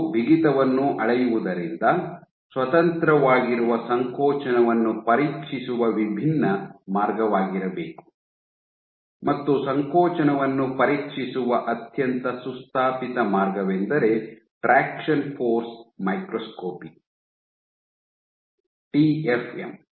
ಅವು ಬಿಗಿತವನ್ನು ಅಳೆಯುವುದರಿಂದ ಸ್ವತಂತ್ರವಾಗಿರುವ ಸಂಕೋಚನವನ್ನು ಪರೀಕ್ಷಿಸುವ ವಿಭಿನ್ನ ಮಾರ್ಗವಾಗಿರಬೇಕು ಮತ್ತು ಸಂಕೋಚನವನ್ನು ಪರೀಕ್ಷಿಸುವ ಅತ್ಯಂತ ಸುಸ್ಥಾಪಿತ ಮಾರ್ಗವೆಂದರೆ ಟ್ರಾಕ್ಷನ್ ಫೋರ್ಸ್ ಮೈಕ್ರೋಸ್ಕೋಪಿ ಟಿಎಫ್ಎಂ